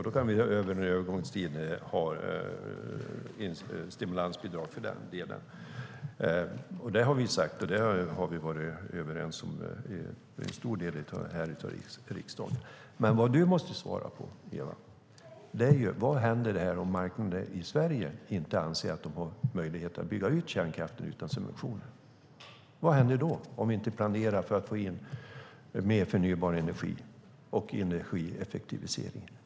Då kan vi under en övergångstid ha stimulansbidrag för den delen. Det har vi sagt, och det har vi varit överens om i stora delar här i riksdagen. Men vad du måste svara på, Eva, är: Vad händer här om marknaden i Sverige inte anser att man har möjlighet att bygga ut kärnkraften utan subventioner? Vad händer då, om vi inte planerar för att få in mer förnybar energi och energieffektivisering?